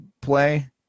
Play